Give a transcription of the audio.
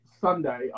Sunday